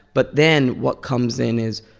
but then, what comes in is,